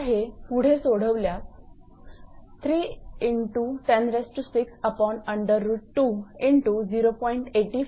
आता हे पुढे सोडवल्यास हे उत्तर मिळते